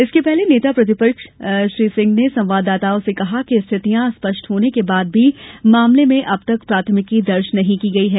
इसके पहले नेता प्रतिपक्ष श्री सिंह ने संवाददाताओं से कहा कि स्थितियां स्पष्ट होने के बाद भी मामले में अब तक प्राथमिकी नहीं दर्ज की गई है